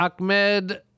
Ahmed